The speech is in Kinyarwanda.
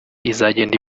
izagenda